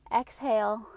exhale